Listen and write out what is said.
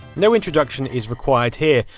no introduction is required here.